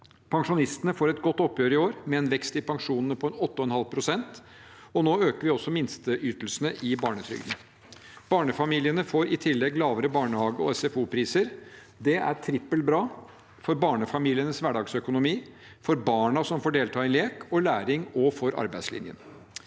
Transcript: Pensjonistene får et godt oppgjør i år med en vekst i pensjonene på 8,5 pst., og nå øker vi også minsteytelsene i barnetrygden. Barnefamiliene får i tillegg lavere barnehage- og SFO-priser. Det er trippelt bra: for barnefamilienes hverdagsøkonomi, for barna som får delta i lek og læring, og for arbeidslinjen.